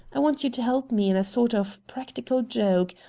i want you to help me in a sort of practical joke.